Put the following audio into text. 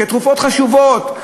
כתרופות חשובות,